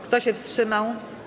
Kto się wstrzymał?